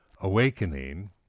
awakening